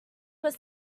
were